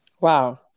Wow